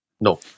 No